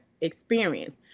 experience